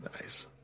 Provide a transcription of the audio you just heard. Nice